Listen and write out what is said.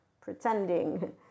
pretending